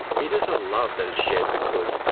it is a love that is shared because,